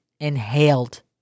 inhaled